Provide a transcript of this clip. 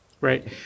Right